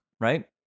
right